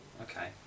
Okay